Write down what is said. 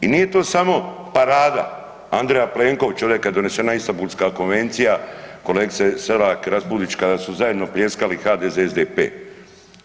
I nije to samo parada A. Plenkovića, ovdje kad je donesena Istanbulska konvencija, kolegice Seka Raspudić, kada su zajedno pljeskali HDZ, SDP.